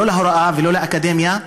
לא להוראה ולא לאקדמיה,